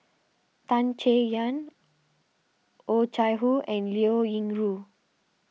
Tan Chay Yan Oh Chai Hoo and Liao Yingru